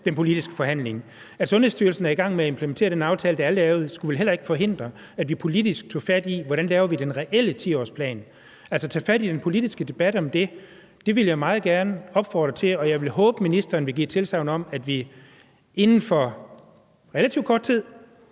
den politiske forhandling. At Sundhedsstyrelsen er i gang med at implementere den aftale, der er lavet, skulle vel heller ikke forhindre, at vi politisk tager fat i, hvordan vi laver den reelle 10-årsplan, altså tager fat i den politiske debat om det. Det vil jeg meget gerne opfordre til, og jeg vil håbe, at ministeren vil give et tilsagn om, at vi inden for relativt kort tid